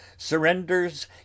surrenders